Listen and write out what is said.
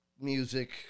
music